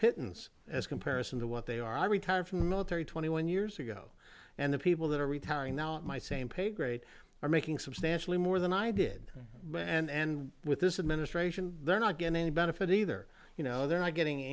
pittance as comparison to what they are i retired from the military twenty one years ago and the people that are retiring now my same paygrade are making substantially more than i did and with this administration they're not get any benefit either you know they're not getting